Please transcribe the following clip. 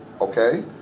Okay